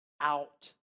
out